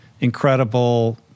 incredible